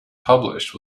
published